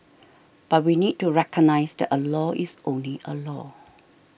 but we need to recognise that a law is only a law